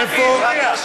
איפה?